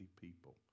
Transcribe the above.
people